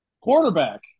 quarterback